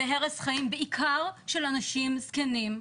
בהרס חיים, בעיקר של אנשים זקנים.